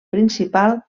principal